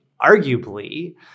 Arguably